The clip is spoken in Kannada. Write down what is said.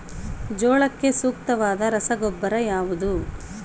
ಜೋಳಕ್ಕೆ ಸೂಕ್ತವಾದ ರಸಗೊಬ್ಬರ ಯಾವುದು?